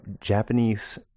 Japanese